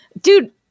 Dude